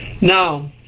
now